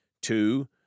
Two